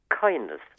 kindness